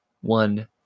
one